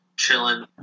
chilling